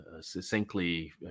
succinctly